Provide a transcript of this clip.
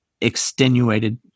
extenuated